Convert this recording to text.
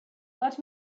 let